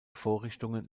vorrichtungen